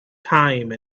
time